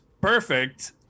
perfect